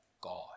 God